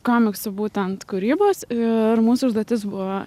komiksų būtent kūrybos ir mūsų užduotis buvo